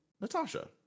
natasha